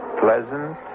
pleasant